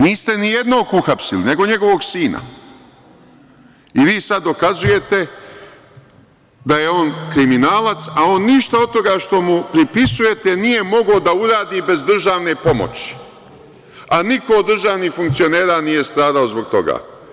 Niste nijednog uhapsili, nego njegovog sina i vi sad dokazujete da je on kriminalac, a on ništa od toga što mu pripisujete nije mogao da uradi bez državne pomoći, a niko od državnih funkcionera nije stradao zbog toga.